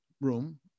room